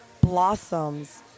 blossoms